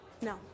No